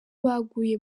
baguye